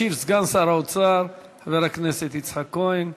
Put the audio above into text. ישיב סגן שר האוצר חבר הכנסת יצחק כהן.